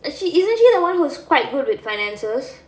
as she isn't she the [one] who's quite good with finances